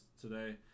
today